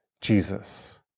Jesus